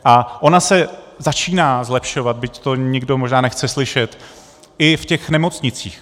A ona se začíná zlepšovat, byť to nikdo možná nechce slyšet, i v těch nemocnicích.